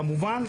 כמובן,